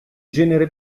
genere